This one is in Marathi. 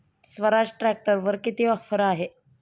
स्वराज ट्रॅक्टरवर किती ऑफर आहे?